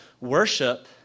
worship